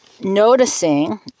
noticing